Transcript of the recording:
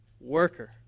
worker